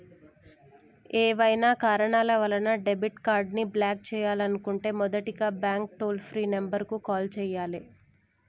ఏవైనా కారణాల వలన డెబిట్ కార్డ్ని బ్లాక్ చేయాలనుకుంటే మొదటగా బ్యాంక్ టోల్ ఫ్రీ నెంబర్ కు కాల్ చేయాలే